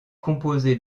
composée